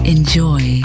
Enjoy